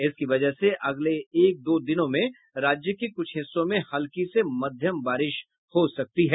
इसकी वजह से अगले एक दो दिनों में राज्य के कुछ हिस्सों में हल्की से मध्यम बारिश हो सकती है